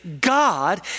God